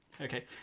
Okay